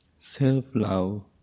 Self-love